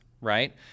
right